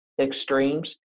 extremes